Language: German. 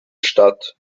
statt